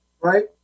Right